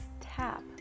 tap